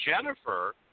Jennifer